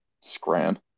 scram